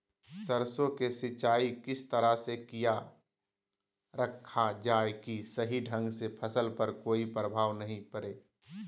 सरसों के सिंचाई किस तरह से किया रखा जाए कि सही ढंग से फसल पर कोई प्रभाव नहीं पड़े?